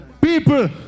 People